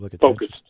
focused